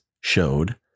showed